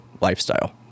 lifestyle